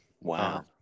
Wow